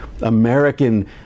American